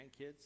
grandkids